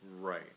Right